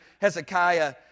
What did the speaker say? Hezekiah